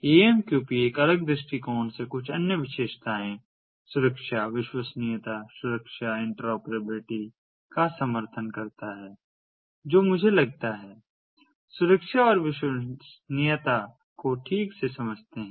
AMQP एक अलग दृष्टिकोण से कुछ अन्य विशेषताएं सुरक्षा विश्वसनीयता सुरक्षा इंटरऑपरेबिलिटी का समर्थन करता है जो मुझे लगता है सुरक्षा और विश्वसनीयता को ठीक से समझते हैं